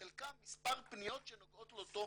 חלקן מספר פניות שנוגעות לאותה